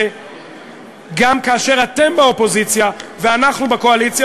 גם כאשר אתם באופוזיציה ואנחנו בקואליציה,